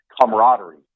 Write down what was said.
camaraderie